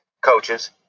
coaches